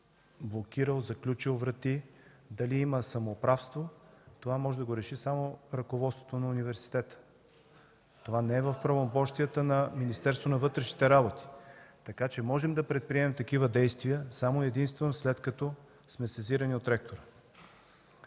блокирал, заключил врати, дали има самоуправство – това може да го реши само ръководството на университета. (Шум и реплики от „Атака”.) Това не е в правомощията на Министерството на вътрешните работи. Така че можем да предприемем такива действия само и единствено след като сме сезирани от ректора.